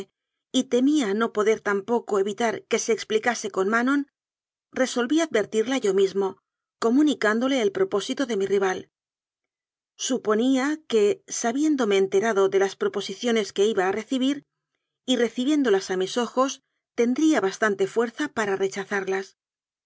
y temía no poder tampoco evitar que se explicase con manon re solví advertirla yo mismo comunicándole el pro pósito de mi rival suponía que sabiéndome ente rado de las proposiciones que iba a recibir y re cibiéndolas a mis ojos tendría bastante fuerza para rechazarlas